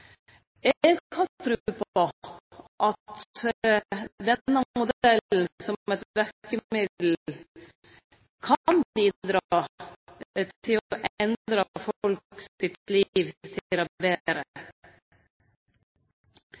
på at denne modellen som eit verkemiddel kan bidra til å endre folk sitt liv til det betre.